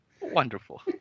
Wonderful